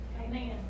Amen